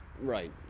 Right